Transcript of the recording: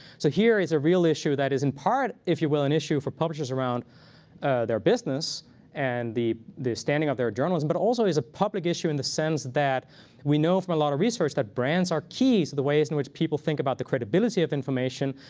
so here is a real issue that is in part, if you will, an issue for publishers around their business and the the standing of their journalism. but also it's a public issue in the sense that we know from a lot of research that brands are the ways in which people think about the credibility of information,